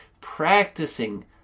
Practicing